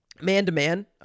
Man-to-man